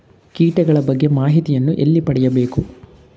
ಕೀಟಗಳ ಬಗ್ಗೆ ಮಾಹಿತಿಯನ್ನು ಎಲ್ಲಿ ಪಡೆಯಬೇಕು?